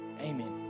Amen